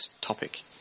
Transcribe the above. topic